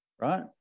right